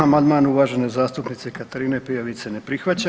Amandman uvažene zastupnice Katarine Peović se ne prihvaća.